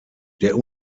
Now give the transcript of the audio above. der